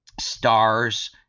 stars